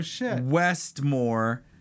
Westmore